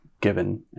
given